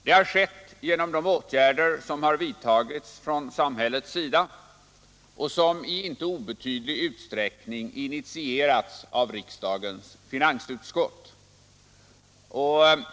Det har skett genom de åtgärder som vidtagits från samhällets sida och som i inte obetydlig utsträckning initierats av riksdagens finansutskott.